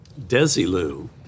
Desilu